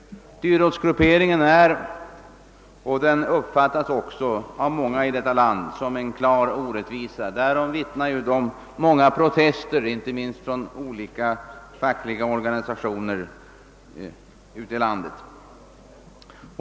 Dyrortsgrupperingen är, och den uppfattas också av många i detta land på det sättet, en klar orättvisa. Därom vittnar de många protesterna inte minst från olika fackliga organisationer ute i landet.